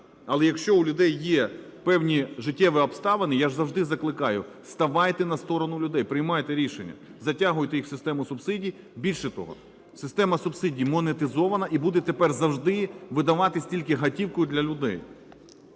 але якщо у людей є певні життєві обставини, я ж завжди закликаю: ставайте на сторону людей, приймайте рішення, затягуйте їх в систему субсидій. Більше того, система субсидій монетизована і буде тепер завжди видаватись тільки готівкою для людей.